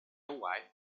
wife